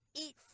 eat